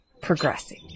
progressing